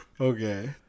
Okay